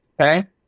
Okay